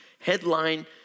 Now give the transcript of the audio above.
headline